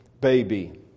baby